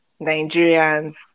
Nigerians